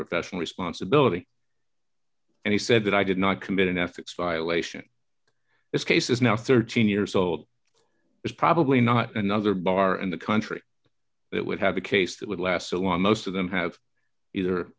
professional responsibility and he said that i did not commit an ethics violation this case is now thirteen years old it's probably not another bar in the country that would have a case that would last a lot most of them have either